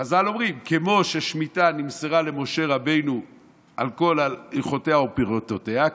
חז"ל אומרים: כמו ששמיטה נמסרה למשה רבנו על כל הלכותיה ופירוטיה,